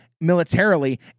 militarily